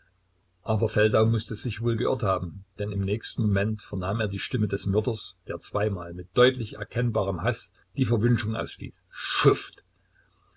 aber feldau mußte sich wohl geirrt haben denn im nächsten moment vernahm er die stimme des mörders der zweimal mit deutlich erkennbarem haß die verwünschung ausstieß schuft